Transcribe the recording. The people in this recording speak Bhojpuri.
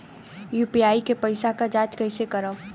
यू.पी.आई के पैसा क जांच कइसे करब?